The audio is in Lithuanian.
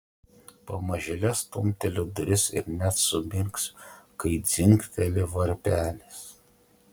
pamažėle stumteliu duris ir net sumirksiu kai dzingteli varpelis